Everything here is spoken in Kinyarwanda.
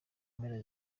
mpera